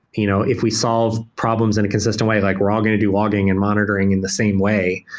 you know if we solve problems in a consistent way, like we're all going to do logging and monitoring in the same way,